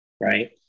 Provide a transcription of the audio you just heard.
right